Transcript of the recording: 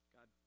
God